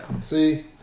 See